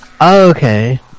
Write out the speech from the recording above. Okay